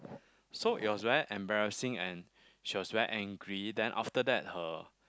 so it was very embarrassing and she was very angry then after that her